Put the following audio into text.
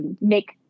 make